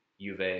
Juve